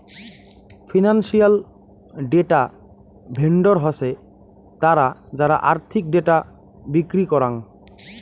financial data vendor হসে তারা যারা আর্থিক ডেটা বিক্রি করাং